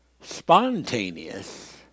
spontaneous